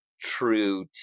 true